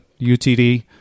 UTD